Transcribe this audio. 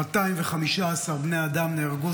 215 בני אדם נהרגו.